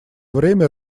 время